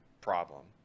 problem